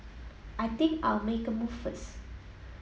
I think I'll make a move first